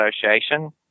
association